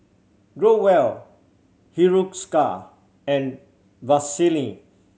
Growell Hiruscar and Vaselin